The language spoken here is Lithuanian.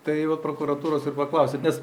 tai va prokuratūros ir paklausit nes